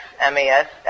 M-A-S